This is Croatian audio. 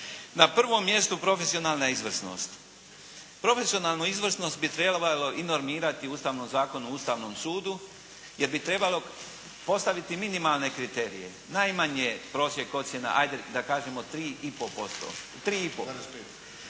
Na prvom mjestu profesionalna izvrsnost. Profesionalnu izvrsnost bi trebalo i normirati u Ustavnom zakonu o Ustavnom sudu jer bi trebalo postaviti minimalne kriterije. Najmanje prosjek ocjena, ajde da kažemo tri